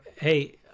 hey